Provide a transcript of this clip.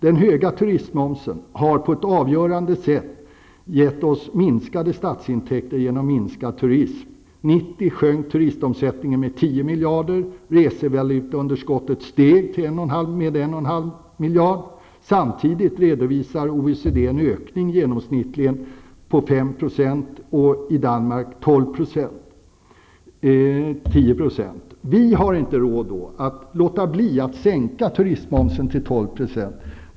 Den höga turistmomsen har på ett avgörande sätt gett oss minskade statsintäkter genom minskad turism. 1990 sjönk turistomsättningen med 10 miljarder. Samtidigt redovisar OECD-länderna en ökning med i genomsnitt 5 %. I Danmark är det en ökning med 10 %. Vi har då inte råd att låta bli att sänka turistmomsen till 12 %!